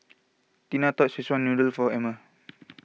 Tina Szechuan Noodle for Emmer